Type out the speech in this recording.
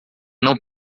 não